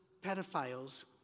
pedophiles